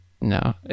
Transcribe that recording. No